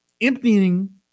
emptying